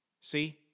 See